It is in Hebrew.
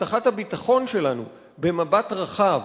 הבטחת הביטחון שלנו, במבט רחב,